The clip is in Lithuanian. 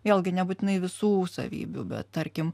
vėlgi nebūtinai visų savybių bet tarkim